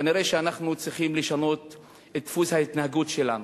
כנראה אנחנו צריכים לשנות את דפוס ההתנהגות שלנו.